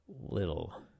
little